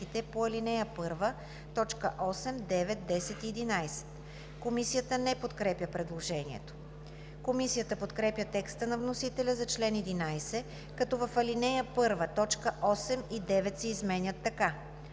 Комисията не подкрепя предложението. Комисията подкрепя текста на вносителя за чл. 11, като в ал. 1, точки 8 и 9 се изменят така: